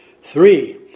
Three